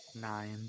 Nine